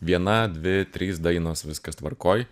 viena dvi trys dainos viskas tvarkoj